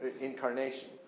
incarnation